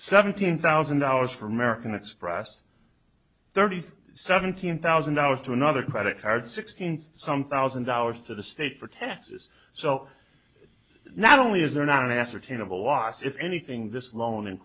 seventeen thousand dollars for american express thirty seventeen thousand dollars to another credit card sixteen some thousand dollars to the state for texas so not only is there not ascertainable loss if anything this loan